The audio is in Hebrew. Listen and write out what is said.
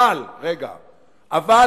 אבל אני אומר